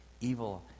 Evil